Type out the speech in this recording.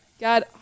God